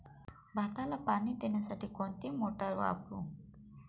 भाताला पाणी देण्यासाठी कोणती मोटार वापरू?